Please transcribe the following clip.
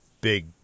big